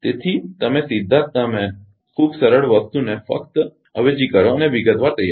તેથી તમે સીધા જ તમે ખૂબ સરળ વસ્તુને ફક્ત અવેજી કરો અને વિગતવાર તૈયાર કરો